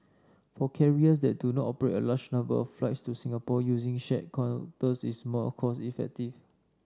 for carriers that do not operate a large number of flights to Singapore using shared counters is more cost effective